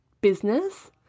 business